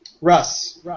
Russ